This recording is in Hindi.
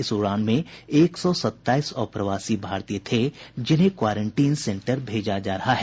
इस उड़ान में एक सौ सताईस अप्रवासी भारतीय थे जिन्हें क्वारेंटीन सेंटर भेजा जा रहा है